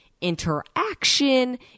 interaction